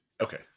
Okay